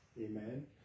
Amen